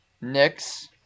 Knicks